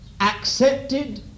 accepted